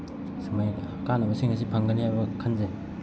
ꯁꯨꯃꯥꯏꯅ ꯀꯥꯟꯅꯕꯁꯤꯡ ꯑꯁꯤ ꯐꯪꯒꯅꯤ ꯍꯥꯏꯕ ꯈꯟꯖꯩ